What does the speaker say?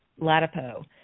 Latipo